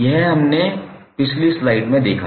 यह हमने पिछली स्लाइड में देखा